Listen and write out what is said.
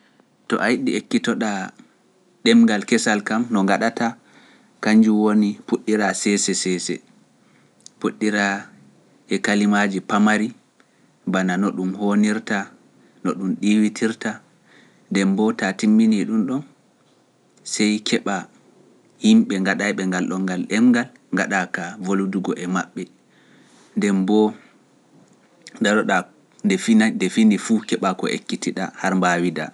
To a yiɗi ekkito ɗa ɗemngal kesal kam no gaɗata, kanjum woni puɗɗira seese seese, puɗɗira e kalimaaji pamari, bana no ɗum hoonirta, no ɗum ɗiwitirta, nden mboo ta timmini ɗum ɗon, sey keɓa yimɓe gaɗayɓe ngal ɗongal ɗemngal, gaɗa ka voludugo e maɓɓe, nden mboo daro ɗa nde fini fu keɓa ko ekkiti ɗa, har mbawi ɗa.